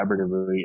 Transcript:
collaboratively